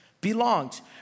belongs